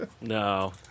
No